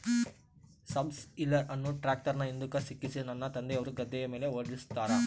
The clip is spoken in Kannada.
ಸಬ್ಸಾಯಿಲರ್ ಅನ್ನು ಟ್ರ್ಯಾಕ್ಟರ್ನ ಹಿಂದುಕ ಸಿಕ್ಕಿಸಿ ನನ್ನ ತಂದೆಯವರು ಗದ್ದೆಯ ಮೇಲೆ ಓಡಿಸುತ್ತಾರೆ